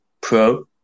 Pro